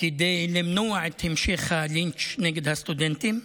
כדי למנוע את המשך הלינץ' נגד הסטודנטים.